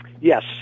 Yes